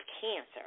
cancer